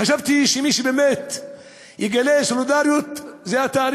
חשבתי שמי שבאמת יגלה סולידריות זה אתה,